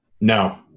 No